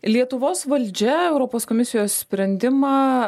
lietuvos valdžia europos komisijos sprendimą